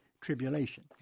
tribulation